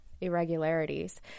irregularities